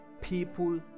people